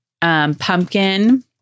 pumpkin